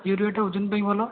ୟୁରିଆଟା ଓଜନ ପାଇଁ ଭଲ